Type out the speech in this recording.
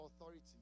authority